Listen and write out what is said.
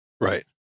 Right